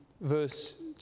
verse